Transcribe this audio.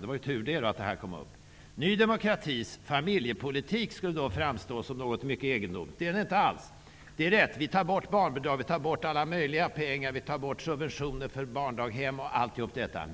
det var tur att det här kom upp. Ny demokratis familjepolitik skulle då framstå som något mycket egendomligt. Det är den inte alls. Det är riktigt att vi tar bort barnbidrag, subventioner för barndaghem och alla möjliga pengar.